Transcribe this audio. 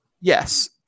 Yes